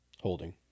Holding